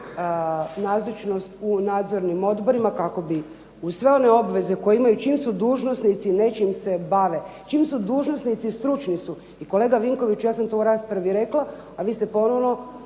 nazočnost u nadzornim odborima kako bi uz sve one obveze koje imaju, čim su dužnosnici nečim se bave, čim su dužnosnici stručni su. I kolega Vinkoviću, ja sam to u raspravi rekla, a vi sad ponovno